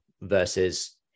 versus